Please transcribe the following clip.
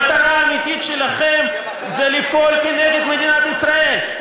המטרה האמיתית שלכם זה לפעול כנגד מדינת ישראל,